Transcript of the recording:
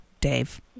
Dave